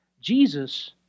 Jesus